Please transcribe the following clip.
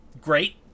great